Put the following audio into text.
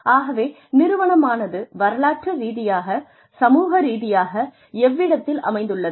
ஆகவே நிறுவனமானது வரலாற்று ரீதியாக சமூக ரீதியாக எவ்விடத்தில் அமைந்துள்ளது